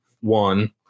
one